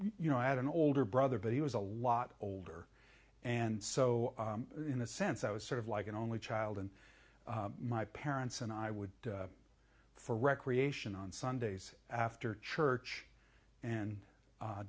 you know i had an older brother but he was a lot older and so in a sense i was sort of like an only child and my parents and i would for recreation on sundays after church and